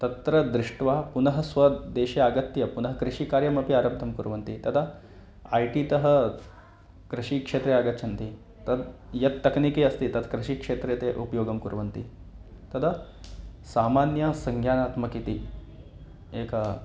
तत्र दृष्ट्वा पुनः स्वदेशे आगत्य पुनः कृषिकार्यमपि आरब्धं कुर्वन्ति तदा ऐ टि तः कृषिक्षेत्रे आगच्छन्ति तत् यत् तक्निकि अस्ति कृषिक्षेत्रे ते उपयोगं कुर्वन्ति तदा सामान्य संज्ञानात्मक इति एक